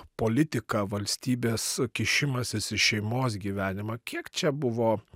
politika valstybės kišimasis į šeimos gyvenimą kiek čia buvo